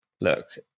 look